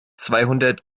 zweihundert